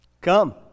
come